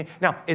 Now